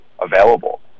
available